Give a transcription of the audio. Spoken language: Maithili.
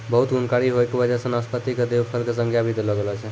बहुत गुणकारी होय के वजह सॅ नाशपाती कॅ देव फल के संज्ञा भी देलो गेलो छै